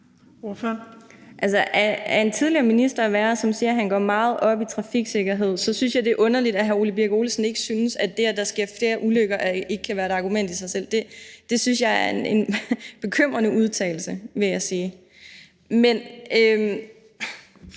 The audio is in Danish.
af en tidligere minister at være, som siger, at han går meget op i trafiksikkerhed, synes jeg, det er underligt, at hr. Ole Birk Olesen ikke synes, at det, at der sker flere ulykker, ikke kan være et argument i sig selv. Det synes jeg er en bekymrende udtalelse, vil jeg sige.